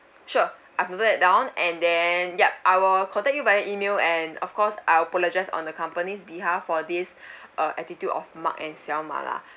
sure I've noted that down and then yup I will contact you via email and of course I apologise on the company's behalf for this uh attitude of mark and Xiaoma lah